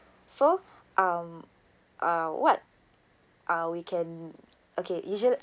so um uh what uh we can okay usual~